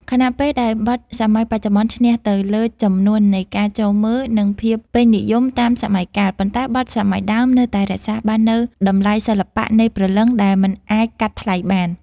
ខណៈពេលដែលបទសម័យបច្ចុប្បន្នឈ្នះទៅលើ ចំនួននៃការចូលមើល និង ភាពពេញនិយមតាមសម័យកាល ប៉ុន្តែបទសម័យដើមនៅតែរក្សាបាននូវ តម្លៃសិល្បៈនិងព្រលឹង ដែលមិនអាចកាត់ថ្លៃបាន។